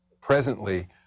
presently